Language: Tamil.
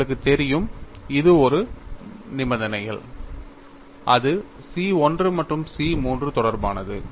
உங்களுக்கு தெரியும் இது ஒரு நிபந்தனைகள் அது C 1 மற்றும் C 3 தொடர்பானது